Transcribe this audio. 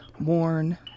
worn